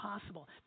possible